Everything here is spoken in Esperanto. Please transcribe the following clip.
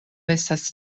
estas